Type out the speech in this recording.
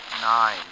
Nine